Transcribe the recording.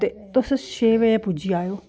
ते तुस छेऽ बजे पुज्जी जायो